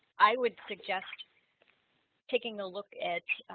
i would suggest taking a look at